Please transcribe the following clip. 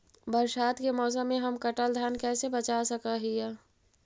बरसात के मौसम में हम कटल धान कैसे बचा सक हिय?